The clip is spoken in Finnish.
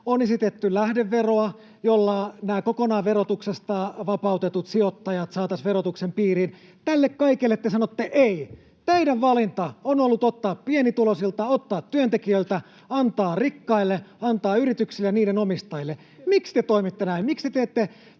On esitetty lähdeveroa, jolla nämä kokonaan verotuksesta vapautetut sijoittajat saataisiin verotuksen piiriin. Tälle kaikelle te sanotte ”ei”. Teidän valintanne on ollut ottaa pienituloisilta, ottaa työntekijöiltä, antaa rikkaille, antaa yrityksille ja niiden omistajille. Miksi te toimitte näin? Teidän niin